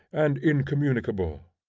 and incommunicable